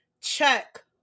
check